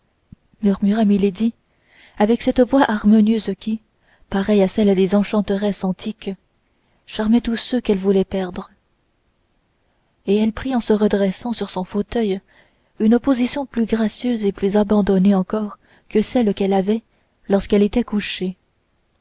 murmura milady avec cette voix harmonieuse qui pareille à celle des enchanteresses antiques charmait tous ceux qu'elle voulait perdre et elle prit en se redressant sur son fauteuil une position plus gracieuse et plus abandonnée encore que celle qu'elle avait lorsqu'elle était couchée